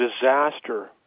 disaster